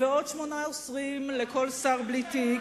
ועוד שמונה עוזרים לכל שר בלי תיק,